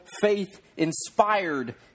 faith-inspired